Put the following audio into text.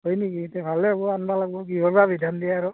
হয় নেকি দে ভালেই হ'ব আনিব লাগিব কিহৰ বা বিধান দিয়ে আৰু